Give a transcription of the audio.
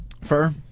Fur